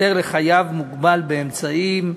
הפטר לחייב מוגבל באמצעים).